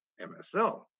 MSL